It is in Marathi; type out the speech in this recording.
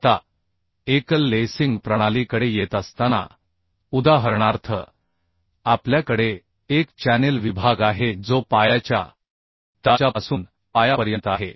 आता एकल लेसिंग प्रणालीकडे येत असताना उदाहरणार्थ आपल्याकडे एक चॅनेल विभाग आहे जो toeपासून toe पर्यंत आहे